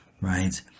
right